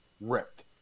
Ripped